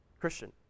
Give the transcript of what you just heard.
Christian